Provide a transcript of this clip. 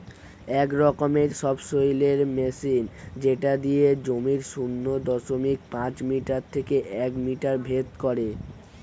এক রকমের সবসৈলের মেশিন যেটা দিয়ে জমির শূন্য দশমিক পাঁচ মিটার থেকে এক মিটার ভেদ করে